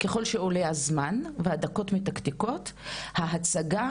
ככל שעולה הזמן והדקות מתקתקות ההצגה